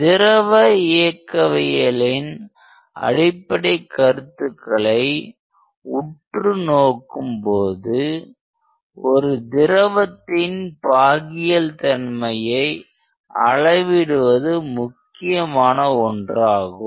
திரவ இயக்கவியலின் அடிப்படைக் கருத்துக்களை உற்றுநோக்கும் போது ஒரு திரவத்தின் பாகியல் தன்மையை அளவிடுவது முக்கியமான ஒன்றாகும்